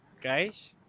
guys